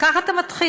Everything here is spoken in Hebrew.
כך אתה מתחיל,